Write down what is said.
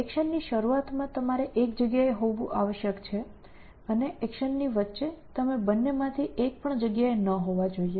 એક્શનની શરૂઆતમાં તમારે એક જગ્યાએ હોવું આવશ્યક છે અને એક્શનની વચ્ચે તમે બંને માંથી એક પણ જગ્યાએ ન હોવા જોઈએ